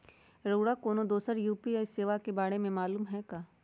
रउरा कोनो दोसर यू.पी.आई सेवा के बारे मे मालुम हए का?